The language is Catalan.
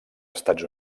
estats